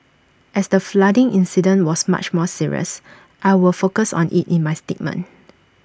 as the flooding incident was much more serious I will focus on IT in my statement